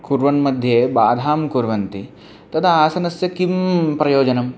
कुर्वन् मध्ये बाधां कुर्वन्ति तदा आसनस्य किं प्रयोजनं